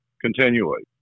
continually